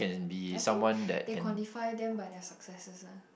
I think they quantify them by their successes ah